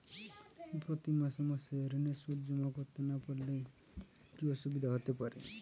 প্রতি মাসে মাসে ঋণের সুদ জমা করতে না পারলে কি অসুবিধা হতে পারে?